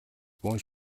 бөөн